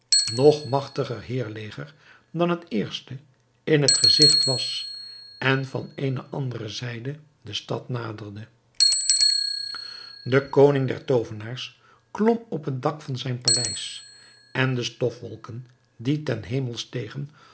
nog magtiger heirleger dan het eerste in het gezigt was en van eene andere zijde de stad naderde de koning der toovenaars klom op het dak van zijn paleis en de stofwolken die ten hemel stegen